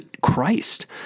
Christ